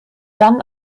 dann